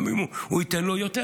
גם אם הוא ייתן לו יותר.